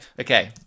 okay